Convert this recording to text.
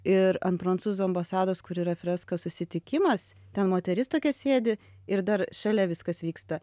ir ant prancūzų ambasados kur yra freska susitikimas ten moteris tokia sėdi ir dar šalia viskas vyksta